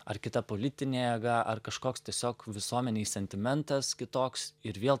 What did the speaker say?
ar kita politinė jėga ar kažkoks tiesiog visuomenei sentimentas kitoks ir vėl